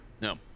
No